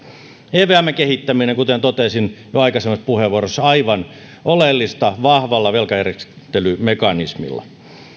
evmn kehittäminen kuten totesin jo aikaisemmassa puheenvuorossa on aivan oleellista vahvalla velkajärjestelymekanismilla